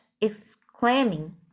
exclaiming